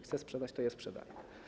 Chce sprzedać, to je sprzeda.